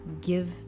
Give